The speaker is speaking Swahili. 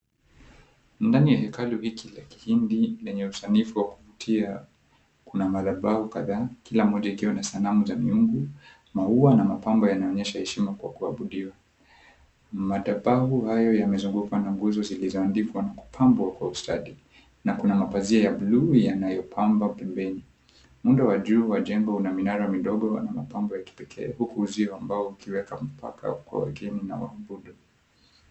Ndani ya hekalu hiki la kihindi lenye usanifu wa kuvutia, kuna madhabau kadhaa kila moja ikiwa na sanamu za miungu, maua na mapambo yanaonyesha heshima kwa kuabudiwa. Madhabau hayo yamezungukwa na nguzo zilizoandikwa kupambwa kwa ustadi na kuna mapazia ya buluu yaliopambwa pembeni. Muundo wa juu wa mjengo unaminara midogo na mapambo ya kipekee huku uzio wa mbao ukiweka mipaka kwa wageni na waabudu.